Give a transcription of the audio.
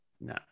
No